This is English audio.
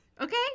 Okay